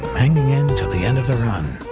hanging in til the end of the run.